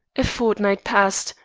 a fortnight passed,